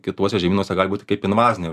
kituose žemynuose gali būti kaip invazinė